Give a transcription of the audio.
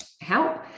help